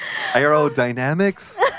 Aerodynamics